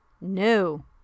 no